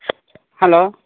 hello